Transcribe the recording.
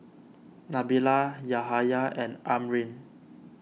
Nabila Yahaya and Amrin